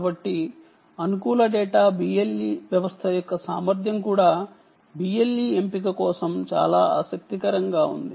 కాబట్టి అనుకూల data BLE వ్యవస్థ యొక్క సామర్థ్యం కూడా BLE ఎంపిక కోసం చాలా ఆసక్తికరంగా ఉంది